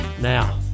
Now